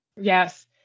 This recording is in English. Yes